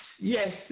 yes